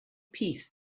peace